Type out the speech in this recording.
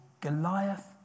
Goliath